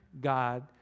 God